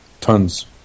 Tons